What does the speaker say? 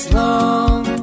long